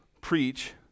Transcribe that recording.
preach